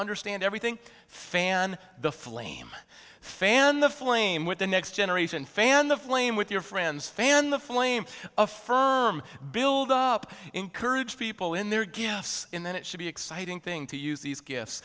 understand everything fan the flame fan the flame with the next generation fan the flame with your friends fan the flames of firm build up encourage people in their gifts in that it should be exciting thing to use these gifts